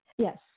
Yes